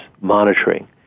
monitoring